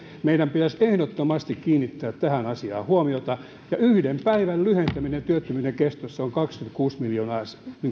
meidän pitäisi ehdottomasti kiinnittää tähän asiaan huomiota yhden päivän lyhentäminen työttömyyden kestossa on kaksikymmentäkuusi miljoonaa